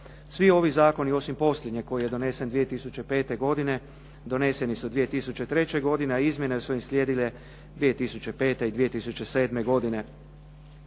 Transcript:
Svi ovi zakoni osim posljednjeg koji je donesen 2005. godine doneseni su 2003. godine, a izmjene su im slijedile 2005. i 2007. godine.